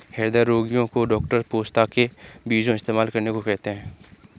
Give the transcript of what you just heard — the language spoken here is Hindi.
हृदय रोगीयो को डॉक्टर पोस्ता के बीजो इस्तेमाल करने को कहते है